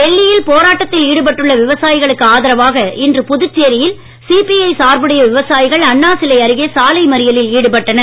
டெல்லியில் போராட்டத்தில் ஈடுபட்டுள்ள விவசாயிகளுக்கு ஆதரவாக இன்று புதுச்சேரியில் சிபிஐ சார்புடைய விவசாயிகள் அண்ணா சிலை அருகே சாலை மறியலில் ஈடுபட்டனர்